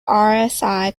rsi